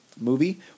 movie